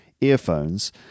earphones